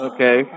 Okay